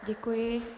Děkuji.